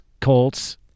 Colts